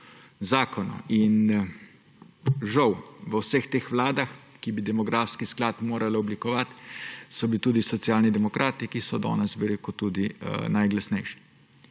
zakonu. In žal so bili v vseh teh vladah, ki bi demografski sklad morala oblikovati, tudi Socialni demokrati, ki so danes tudi najglasnejši.